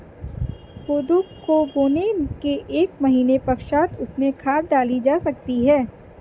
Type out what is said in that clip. कोदो को बोने के एक महीने पश्चात उसमें खाद डाली जा सकती है